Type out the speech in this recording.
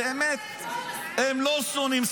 אתה שומע את עצמך?